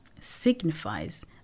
signifies